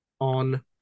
on